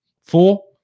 four